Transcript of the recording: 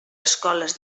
escoles